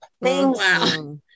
Wow